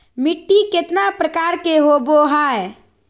मिट्टी केतना प्रकार के होबो हाय?